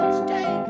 stay